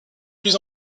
plus